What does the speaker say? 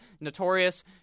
Notorious